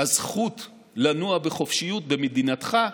הזכות לנוע בחופשיות במדינתך,